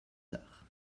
tard